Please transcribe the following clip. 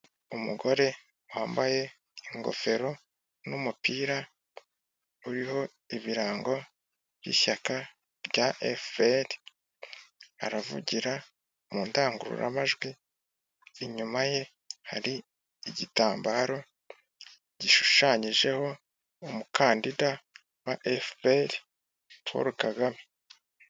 Umugore wambaye ingofero n'umupira uriho ibirango by'ishyaka rya Efuperi, aravugira mu ndangururamajwi, inyuma ye hari igitambrao gishushanyijeho umukandida wa Efuperi, Paul Kagame.